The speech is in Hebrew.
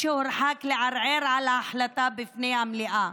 שהורחק לערער על ההחלטה בפני המליאה.